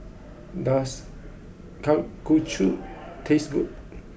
does Kalguksu taste good